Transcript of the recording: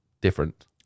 different